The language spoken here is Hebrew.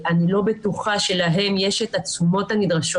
אני לא בטוחה שלהם יש את התשומות הנדרשות